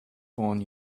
born